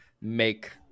make